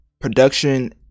production